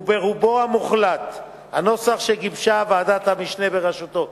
הוא ברובו המוחלט הנוסח שגיבשה ועדת המשנה בראשותו.